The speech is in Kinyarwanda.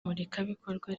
murikabikorwa